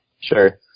Sure